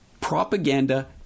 Propaganda